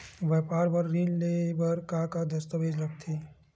व्यापार बर ऋण ले बर का का दस्तावेज लगथे?